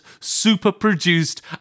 super-produced